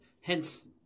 hence